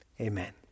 amen